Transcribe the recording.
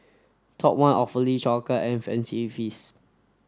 Top One Awfully Chocolate and Fancy Feast